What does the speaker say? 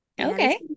Okay